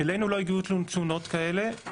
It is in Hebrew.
אלינו לא הגיעו תלונות כאלה,